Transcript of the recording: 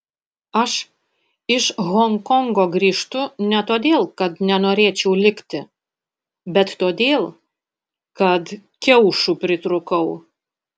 aš iš honkongo grįžtu ne todėl kad nenorėčiau likti bet todėl kad kiaušų pritrūkau